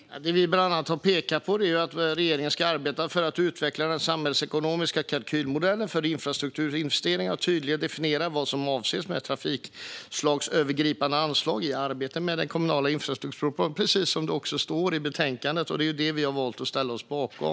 Fru talman! Det vi bland annat har pekat på är att regeringen ska arbeta för att utveckla den samhällsekonomiska kalkylmodellen för infrastrukturinvesteringar och tydligt definiera vad som avses med trafikslagsövergripande anslag i arbetet med den kommande infrastrukturpropositionen. Så står det också i betänkandet, och det har vi valt att ställa oss bakom.